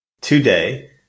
today